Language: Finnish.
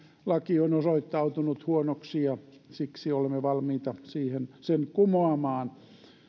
laki on osoittautunut huonoksi ja siksi olemme valmiita sen kumoamaan